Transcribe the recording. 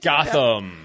Gotham